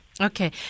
Okay